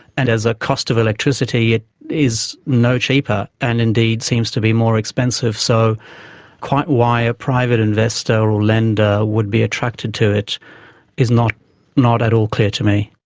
and as a cost of electricity it is no cheaper and indeed seems to be more expensive. so quite why a private investor or lender would be attracted to it is not not at all clear to me.